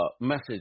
message